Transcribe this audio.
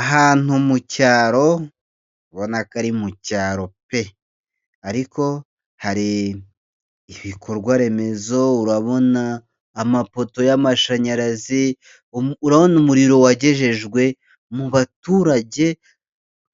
Ahantu mu cyaro ubona ko ari mu cyaro pe, ariko hari ibikorwaremezo urabona amapoto y'amashanyarazi urabona umuriro wagejejwe mu baturage